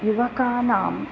युवकानां